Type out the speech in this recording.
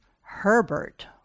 Herbert